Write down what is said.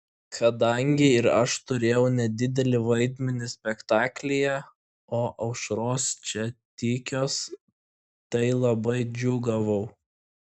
kadangi ir aš turėjau nedidelį vaidmenį spektaklyje o aušros čia tykios tai labai džiūgavau